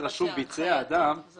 כאשר כותבים "לא יבצע אדם", זה